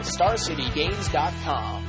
StarCityGames.com